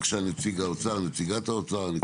בבקשה, נציג האוצר, נציגת האוצר.